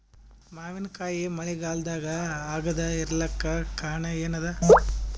ಮಾವಿನಕಾಯಿ ಮಳಿಗಾಲದಾಗ ಆಗದೆ ಇರಲಾಕ ಕಾರಣ ಏನದ?